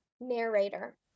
narrator